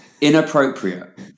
Inappropriate